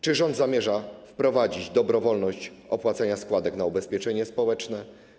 Czy rząd zamierza wprowadzić dobrowolność opłacania składek na ubezpieczenie społeczne?